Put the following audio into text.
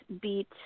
beat